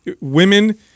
women